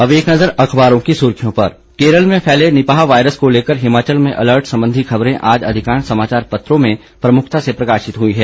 अब एक नजर अखबारों की सुर्खियों पर केरल में फैले निपाह वायरस को लेकर हिमाचल में अलर्ट संबंधी खबरें आज अधिकांश समाचार पत्रों में प्रमुखता से प्रकाशित हुई हैं